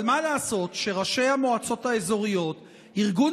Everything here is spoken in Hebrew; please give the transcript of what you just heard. אבל מה לעשות שראשי המועצות האזוריות וארגון